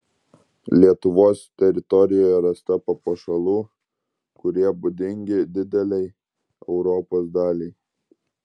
lietuvos teritorijoje rasta papuošalų kurie būdingi didelei europos daliai